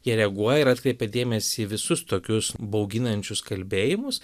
jie reaguoja ir atkreipia dėmesį į visus tokius bauginančius kalbėjimus